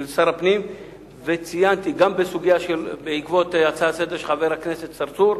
שר הפנים על הצעה לסדר-היום של חבר הכנסת צרצור,